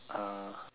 uh